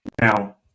Now